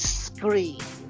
scream